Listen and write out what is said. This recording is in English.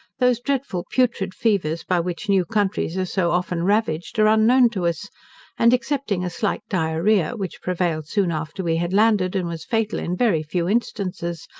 those dreadful putrid fevers by which new countries are so often ravaged, are unknown to us and excepting a slight diarrhoea, which prevailed soon after we had landed, and was fatal in very few instances,